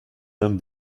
dame